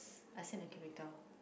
except the chemical